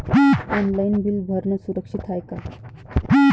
Online bill भरनं सुरक्षित हाय का?